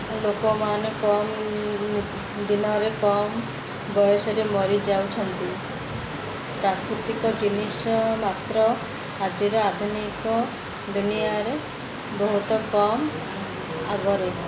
ଲୋକମାନେ କମ୍ ଦିନରେ କମ୍ ବୟସରେ ମରିଯାଉଛନ୍ତି ପ୍ରାକୃତିକ ଜିନିଷ ମାତ୍ର ଆଜିର ଆଧୁନିକ ଦୁନିଆରେ ବହୁତ କମ୍ ଆଗରେ ରୁହ